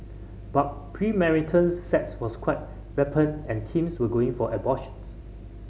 but premarital sex was quite rampant and teens were going for abortions